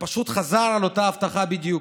ופשוט חזר על אותה הבטחה בדיוק,